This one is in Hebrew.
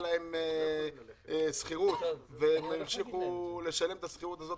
להן שכירות והן המשיכו לשלם את השכירות הזאת.